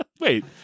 Wait